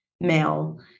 male